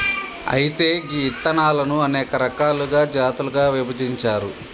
అయితే గీ ఇత్తనాలను అనేక రకాలుగా జాతులుగా విభజించారు